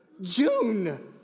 June